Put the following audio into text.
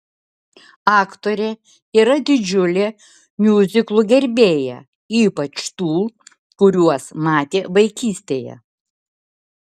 aktorė yra didžiulė miuziklų gerbėja ypač tų kuriuos matė vaikystėje